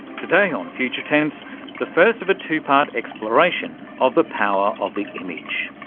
today on future tense the first of a two-part exploration of the power of the image.